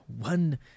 One